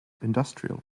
industrial